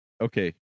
Okay